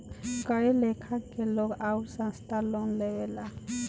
कए लेखा के लोग आउर संस्थान लोन लेवेला